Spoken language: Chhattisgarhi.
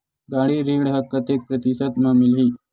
गाड़ी ऋण ह कतेक प्रतिशत म मिलही?